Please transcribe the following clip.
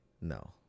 No